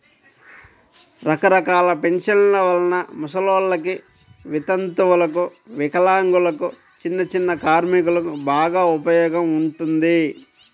రకరకాల పెన్షన్ల వలన ముసలోల్లకి, వితంతువులకు, వికలాంగులకు, చిన్నచిన్న కార్మికులకు బాగా ఉపయోగం ఉంటుంది